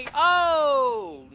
oh,